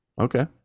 Okay